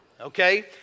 Okay